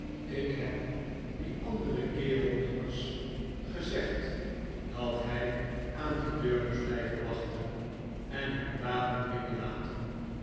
ik heb dien anderen kerel immers gezegd dat hij aan de deur moest blijven wachten en hem dadelijk binnenlaten